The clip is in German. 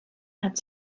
hat